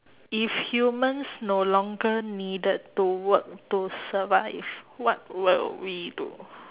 if humans no longer needed to work to survive what will we do